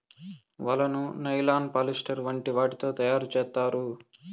వలను nylon, polyester వంటి వాటితో తయారు చేత్తారు